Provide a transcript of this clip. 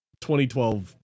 2012